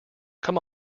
come